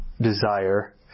desire